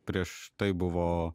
prieš tai buvo